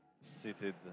seated